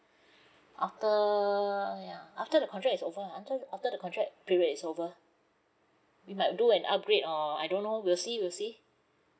after ya after the contract is over uh after after the contract period is over we might do an upgrade on I don't know we'll see we'll see